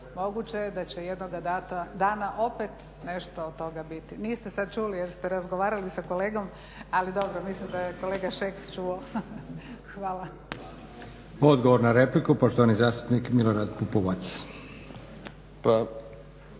moguće je da će jednog dana opet nešto od toga biti. Niste sad čuli jer ste razgovarali sa kolegom, ali dobro, mislim da je kolega Šeks čuo. Hvala. **Leko, Josip (SDP)** Odgovor na repliku, poštovani zastupnik Milorad Pupovac.